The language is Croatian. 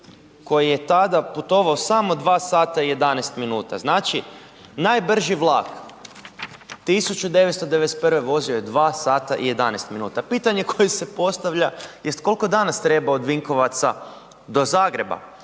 koji je tada putovao samo 2 h i 11 min. Znači, najbrži vlak 1991. vozio je 2 h i 11 minuta. Pitanje koje se postavlja jest koliko danas treba od Vinkovaca do Zagreba.